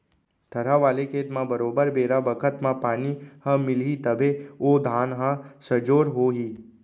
थरहा वाले खेत म बरोबर बेरा बखत म पानी ह मिलही तभे ओ धान ह सजोर हो ही